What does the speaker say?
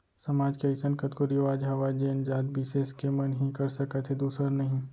समाज के अइसन कतको रिवाज हावय जेन जात बिसेस के मन ही कर सकत हे दूसर नही